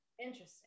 Interesting